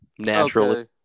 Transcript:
Naturally